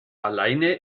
alleine